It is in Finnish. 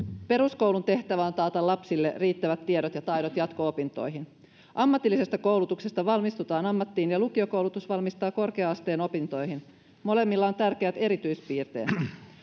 peruskoulun tehtävä on taata lapsille riittävät tiedot ja taidot jatko opintoihin ammatillisesta koulutuksesta valmistutaan ammattiin ja lukiokoulutus valmistaa korkea asteen opintoihin molemmilla on tärkeät erityispiirteensä